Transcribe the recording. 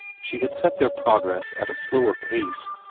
she had set their progress at a slower pace,